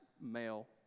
male